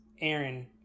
Aaron